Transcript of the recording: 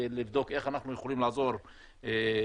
ולבדוק איך אנחנו יכולים לעזור בנקודה.